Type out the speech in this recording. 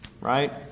right